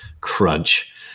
crunch